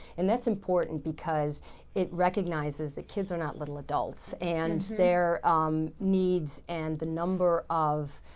and that's important because it recognizes that kids are not little adults, and their um needs and the number of,